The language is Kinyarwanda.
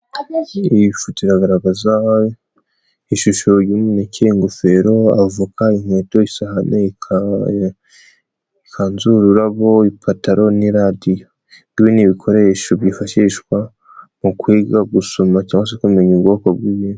Iyi foto iragaragaza ishusho y'umuneke, ingofero, avoka, inkweto, isahane, ikanzu, ururabo, ipataro, radiyo, n'ibindi bikoresho byifashishwa mu kwiga gusoma cyangwa se kumenya ubwoko bw'ibintu.